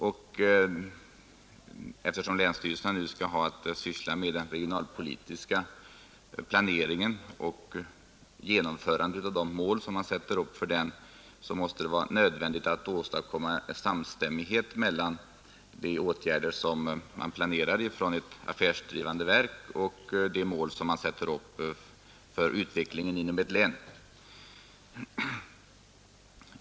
Och eftersom länsstyrelserna nu skall ha att syssla med den regionalpolitiska planeringen och uppnåendet av de mål som man sätter upp, så måste det vara nödvändigt att åstadkomma samstämmighet mellan de åtgärder som man planerar från ett affärsdrivande verks sida och de mål som man sätter upp för utvecklingen inom ett län.